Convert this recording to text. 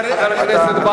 אני אחסוך לך,